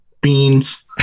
beans